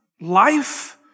life